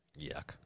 Yuck